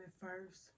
first